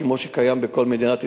כמו שקיים בכל מדינת ישראל,